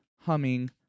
humming